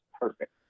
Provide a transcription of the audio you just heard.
perfect